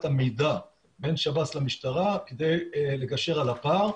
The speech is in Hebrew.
המידע בין שב"ס למשטרה כדי לגשר על הפער.